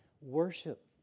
worship